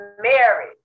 married